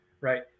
right